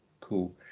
cool